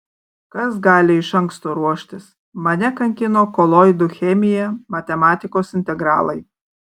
kas gali iš anksto ruoštis mane kankino koloidų chemija matematikos integralai